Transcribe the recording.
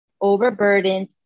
overburdened